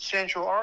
Central